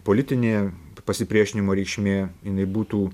politinė pasipriešinimo reikšmė jinai būtų